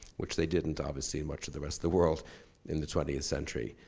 which they didn't obviously, in much of the rest of the world in the twentieth century.